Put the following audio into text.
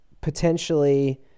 potentially